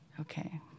Okay